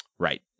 Right